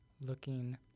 looking